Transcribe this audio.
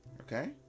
okay